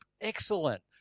excellent